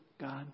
God